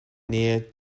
near